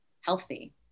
healthy